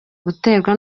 guterwa